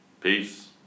Peace